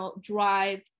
drive